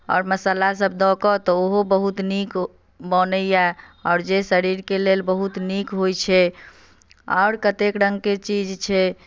आओर मसल्ला सब दऽ क तऽ ओ बहुत नीक बनैया आओर जे शरीर के लेल बहुत नीक होइ छै आओर कतेक रंग के चीज होइ छै